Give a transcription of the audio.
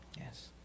Yes